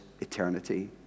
eternity